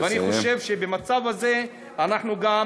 ואני חושב שבמצב הזה אנחנו גם,